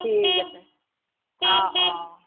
ঠিক আছে অঁ অঁ